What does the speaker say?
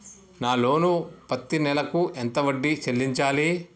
నా లోను పత్తి నెల కు ఎంత వడ్డీ చెల్లించాలి?